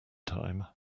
time